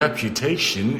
reputation